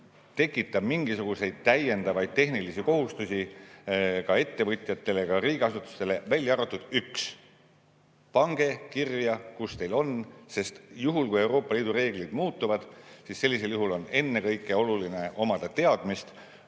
tekita mingisuguseid täiendavaid tehnilisi kohustusi ka ettevõtjatele ega riigiasutustele, välja arvatud üks: pange kirja, kus teil F-gaase on. Sest juhul, kui Euroopa Liidu reeglid muutuvad, on ennekõike oluline omada teadmist,